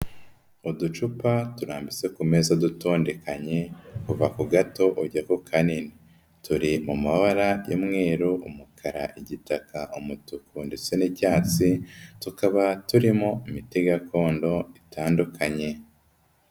Uducupa turambitse ku meza dutondekanye kuva ku gato ujya ku kanini, turi mu mabara y'umweru, umukara, igitaka, umutuku ndetse n'icyatsi, tukaba turimo imiti gakondo itandukanye.